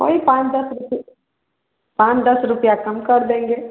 वही पाँच दस रुपये पाँच दस रुपया कम कर देंगे